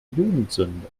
jugendsünde